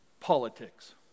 politics